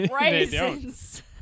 raisins